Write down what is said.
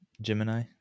Gemini